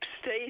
state